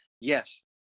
Yes